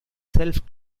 self